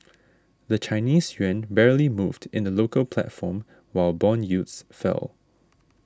the Chinese yuan barely moved in the local platform while bond yields fell